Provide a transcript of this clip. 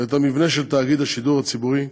ואת המבנה של תאגיד השידור הציבורי,